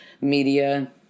media